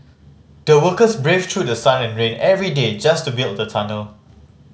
the workers braved through sun and rain every day just to build the tunnel